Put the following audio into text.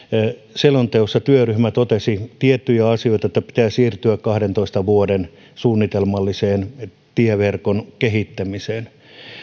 selonteossa työryhmä totesi tiettyjä asioita että pitää siirtyä kahdentoista vuoden suunnitelmalliseen tieverkon kehittämiseen